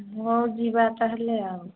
ହେଉ ଯିବା ତାହାଲେ ଆଉ